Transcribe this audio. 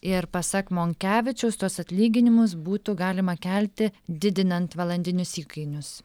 ir pasak monkevičius tuos atlyginimus būtų galima kelti didinant valandinius įkainius